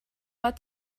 got